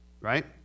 right